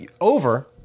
Over